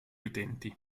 utenti